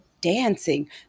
dancing